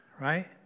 Right